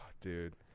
Dude